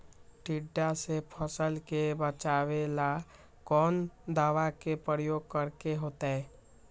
टिड्डा से फसल के बचावेला कौन दावा के प्रयोग करके होतै?